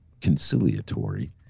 conciliatory